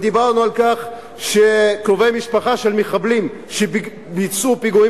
ודיברנו על כך שקרובי משפחה של מחבלים שביצעו פיגועים